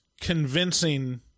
convincing